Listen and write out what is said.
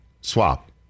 swap